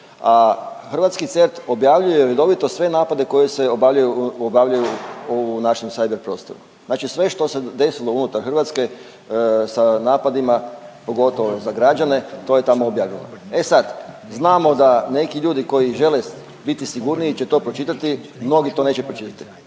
a hrvatski CERT objavljuje redovito sve napade koji se obavljaju, obavljaju u našem cyber prostoru, znači sve što se desilo unutar Hrvatske sa napadima, pogotovo za građane, to je tamo objavljeno. E sad, znamo da neki ljudi koji žele biti sigurniji će to pročitati, mnogi to neće pročitati.